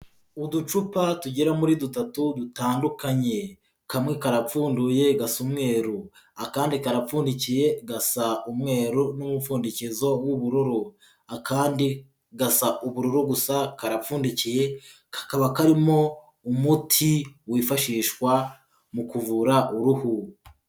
Uducupa tugera muri dutatu dutandukanye, kamwe karapfunduye gasa umweru, akandi karapfundikiye gasa umweru n'umupfundikizo w'ubururu, akandi gasa ubururu gusa karapfundikiye kakaba karimo umuti wifashishwa mu kuvura uruhu.